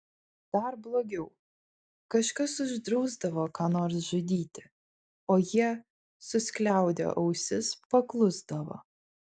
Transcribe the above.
dar blogiau kažkas uždrausdavo ką nors žudyti o jie suskliaudę ausis paklusdavo